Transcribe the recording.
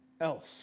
else